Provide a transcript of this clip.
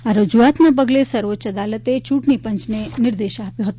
આ રજુઆતના પગલે સર્વોચ્ચ અદાલતે ચૂંટણી પંચને નિર્દેશ આપ્યો હતો